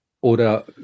oder